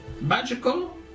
magical